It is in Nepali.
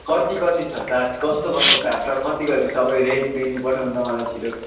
कति कति छ चाट कस्तो कस्तो चाट छ कति कति सब रेट मेन्यु पठाउनु त मलाई छिटो